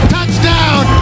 Touchdown